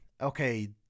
okay –